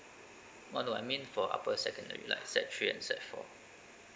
ah no I mean for upper secondary like sec three and sec four